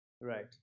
Right